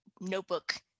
notebook